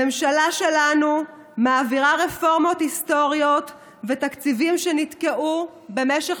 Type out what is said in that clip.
הממשלה שלנו מעבירה רפורמות היסטוריות ותקציבים שנתקעו במשך